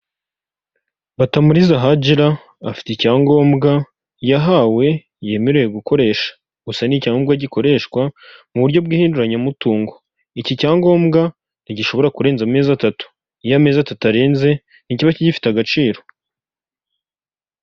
Batamuriza Hajira afite icyangombwa yahawe yemerewe gukoresha. Gusa ni icyangombwa gikoreshwa mu buryo bw'ihinduranyamutungo. Iki cyangombwa ntigishobora kurenza amezi atatu. Iyo amezi arenze ntikiba kigifite agaciro.